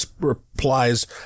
replies